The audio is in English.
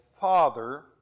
Father